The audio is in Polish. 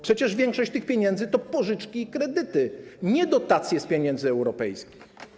Przecież większość tych pieniędzy to pożyczki i kredyty, nie dotacje z pieniędzy europejskich.